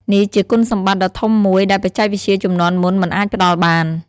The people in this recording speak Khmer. នេះជាគុណសម្បត្តិដ៏ធំមួយដែលបច្ចេកវិទ្យាជំនាន់មុនមិនអាចផ្ដល់បាន។